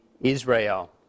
Israel